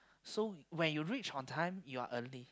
so when you reach on time you are early